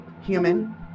Human